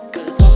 Cause